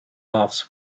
laughs